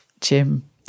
Jim